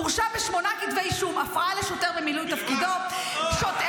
הורשע בשמונה כתבי אישום: הפרעה לשוטר במילוי תפקידו -- בקטנה,